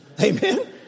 Amen